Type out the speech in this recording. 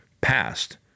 passed